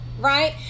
right